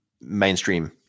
mainstream